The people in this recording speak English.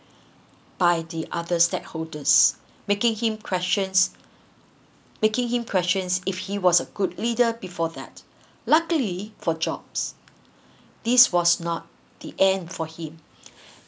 by the other stakeholders making him questions making him questions if he was a good leader before that luckily for jobs this was not the end for him